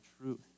truth